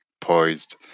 poised